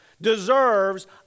deserves